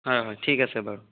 হয় হয় ঠিক আছে বাৰু